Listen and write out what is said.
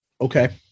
okay